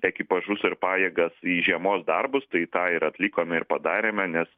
ekipažus ir pajėgas į žiemos darbus tai tą ir atlikome ir padarėme nes